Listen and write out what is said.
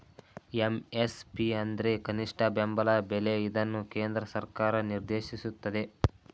MSP ಅಂದ್ರೆ ಕನಿಷ್ಠ ಬೆಂಬಲ ಬೆಲೆ ಇದನ್ನು ಕೇಂದ್ರ ಸರ್ಕಾರ ನಿರ್ದೇಶಿಸುತ್ತದೆ